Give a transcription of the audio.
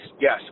Yes